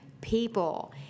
people